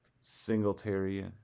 Singletary